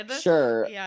sure